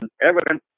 evidence